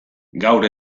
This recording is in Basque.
gaur